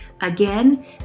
Again